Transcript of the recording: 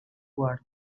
world